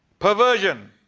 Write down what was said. perversion.